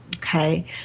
Okay